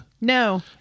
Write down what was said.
No